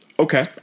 Okay